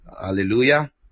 hallelujah